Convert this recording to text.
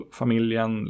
familjen